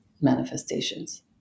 manifestations